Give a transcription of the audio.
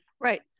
right